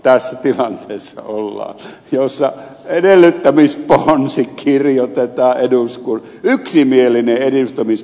tässä tilanteessa ollaan jossa edellyttämisponsi kirjoitetaan eduskunnassa